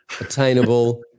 Attainable